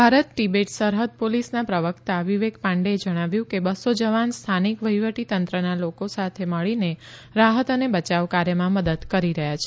ભારત તિબેટ સરહદ પોલીસના પ્રવક્તા વિવેક પાંડેએ જણાવ્યું કે બસ્સો જવાન સ્થાનિક વહીવટીતંત્રના લોકો સાથે મળીને રાહત અને બયાવ કાર્યમાં મદદ કરી રહ્યા છે